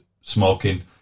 smoking